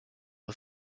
aux